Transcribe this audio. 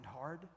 hard